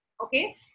Okay